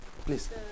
Please